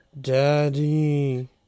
Daddy